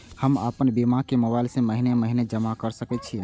हम आपन बीमा के मोबाईल से महीने महीने जमा कर सके छिये?